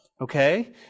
okay